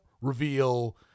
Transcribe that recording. reveal